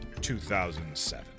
2007